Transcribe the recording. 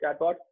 chatbot